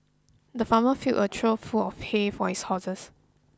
the farmer filled a trough full of hay for his horses